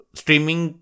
streaming